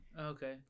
okay